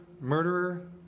Murderer